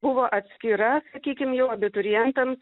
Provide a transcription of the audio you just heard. buvo atskira sakykim jau abiturientams